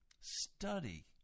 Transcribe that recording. study